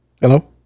Hello